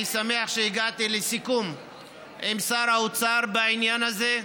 אני שמח שהגעתי לסיכום עם שר האוצר בעניין הזה,